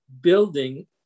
building